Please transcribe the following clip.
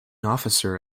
officer